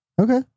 Okay